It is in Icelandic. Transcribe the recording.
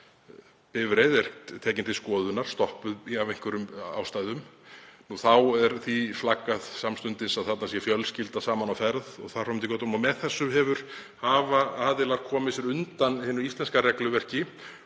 bifreið var tekin til skoðunar, stoppuð, af einhverjum ástæðum. Þá var því flaggað samstundis að þarna væri fjölskylda saman á ferð og þar fram eftir götunum. Með þessu hafa aðilar komið sér undan hinu íslenska regluverki